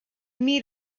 meet